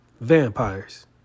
vampires